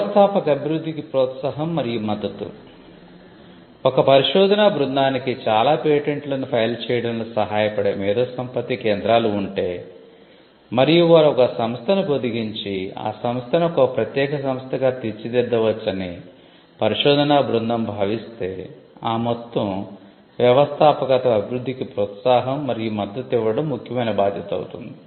వ్యవస్థాపక అభివృద్ధికి ప్రోత్సాహం మరియు మద్దతు ఒక పరిశోధనా బృందానికి చాలా పేటెంట్లను ఫైల్ చేయడంలో సహాయపడే మేధోసంపత్తి కేంద్రాలు ఉంటే మరియు వారు ఒక సంస్థను పొదిగించి ఆ సంస్థను ఒక ప్రత్యేక సంస్థగా తీర్చిదిద్దవచ్చని పరిశోధనా బృందం భావిస్తే ఆ మొత్తం వ్యవస్థాపకత అభివృద్ధికి ప్రోత్సాహం మరియు మద్దతు ఇవ్వడం ముఖ్యమైన బాధ్యత అవుతుంది